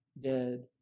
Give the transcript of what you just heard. dead